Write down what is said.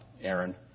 Aaron